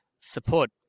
support